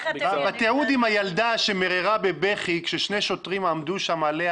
בתיעוד עם הילדה שמיררה בבכי כששני שוטרים עמדו שם עליה